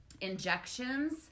injections